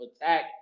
attack